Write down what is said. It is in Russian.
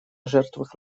жертвах